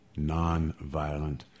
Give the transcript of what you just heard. nonviolent